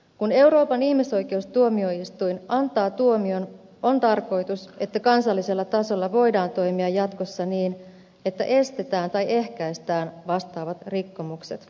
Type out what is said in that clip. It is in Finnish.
kun euroopan ihmisoikeustuomioistuin antaa tuomion on tarkoitus että kansallisella tasolla voidaan toimia jatkossa niin että estetään tai ehkäistään vastaavat rikkomukset tulevaisuudessa